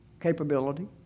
capability